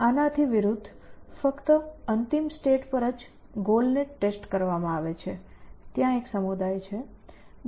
આના વિરોધમાં ફક્ત અંતિમ સ્ટેટ પર જ ગોલ ને ટેસ્ટ કરવામાં આવે છે ત્યાં એક સમુદાય છે